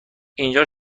اینجا